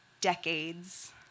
Decades